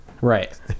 Right